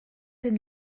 den